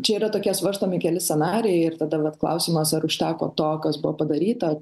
čia yra tokie svarstomi keli scenarijai ir tada vat klausimas ar užteko to kas buvo padaryta